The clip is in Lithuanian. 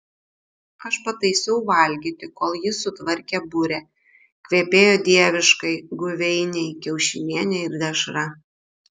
aš pataisiau valgyti kol jis sutvarkė burę kvepėjo dieviškai guveiniai kiaušinienė ir dešra